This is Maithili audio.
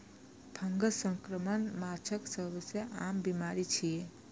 फंगस संक्रमण माछक सबसं आम बीमारी छियै